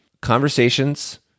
Conversations